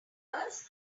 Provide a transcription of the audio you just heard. flowers